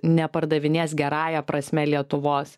nepardavinės gerąja prasme lietuvos